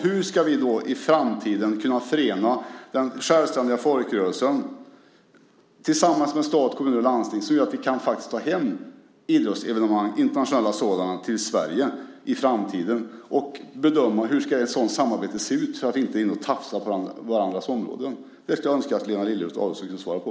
Hur ska vi i framtiden kunna förena den självständiga folkrörelsen med stat, kommun och landsting på ett sätt som gör att vi faktiskt i framtiden kan ta hem idrottsevenemang, internationella sådana, till Sverige. Det handlar också om att bedöma hur ett sådant samarbete ska se ut så att vi inte är inne och tafsar på varandras områden. Detta skulle jag önska att Lena Adelsohn Liljeroth kunde svara på.